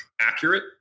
accurate